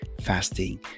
fasting